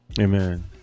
Amen